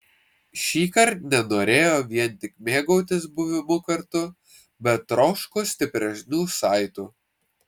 šįkart nenorėjo vien tik mėgautis buvimu kartu bet troško stipresnių saitų